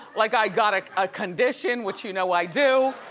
like i got a condition, which you know i do.